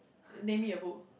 name me a book